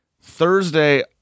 Thursday